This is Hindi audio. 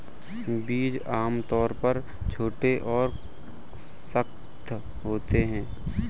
बीज आमतौर पर छोटे और सख्त होते हैं